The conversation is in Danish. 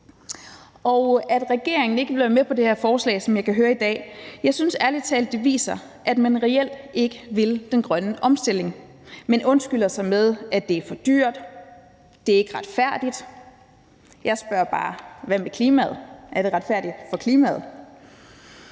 At regeringen ikke vil være med på det her forslag, som jeg kan høre i dag, synes jeg ærlig talt viser, at man reelt ikke vil den grønne omstilling, men undskylder sig med, at det er for dyrt, at det ikke er retfærdigt. Jeg spørger bare: Hvad med klimaet? Er det retfærdigt for klimaet?